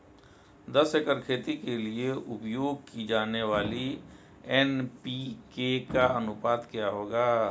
दस एकड़ खेती के लिए उपयोग की जाने वाली एन.पी.के का अनुपात क्या होगा?